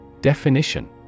Definition